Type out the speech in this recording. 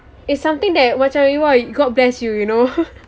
it's something that macam you god bless you you know